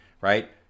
right